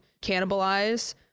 cannibalize